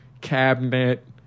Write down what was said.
cabinet